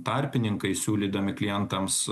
tarpininkai siūlydami klientams